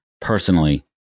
personally